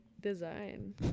design